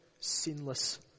sinless